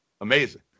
Amazing